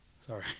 Sorry